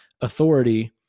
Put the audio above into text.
authority